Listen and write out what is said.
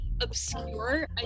obscure